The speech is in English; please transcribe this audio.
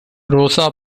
rosa